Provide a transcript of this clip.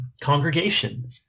congregation